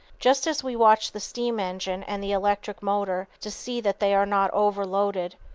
just as we watch the steam-engine and the electric motor to see that they are not overloaded,